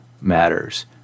matters